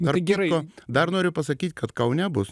tai gerai dar noriu pasakyt kad kaune bus